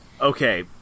okay